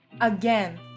Again